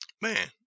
Man